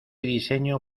diseño